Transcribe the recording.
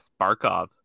Barkov